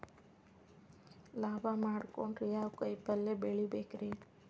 ಲಾಭ ಮಾಡಕೊಂಡ್ರ ಯಾವ ಕಾಯಿಪಲ್ಯ ಬೆಳಿಬೇಕ್ರೇ?